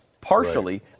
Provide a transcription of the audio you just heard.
partially